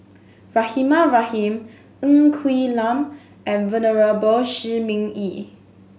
Rahimah Rahim Ng Quee Lam and Venerable Shi Ming Yi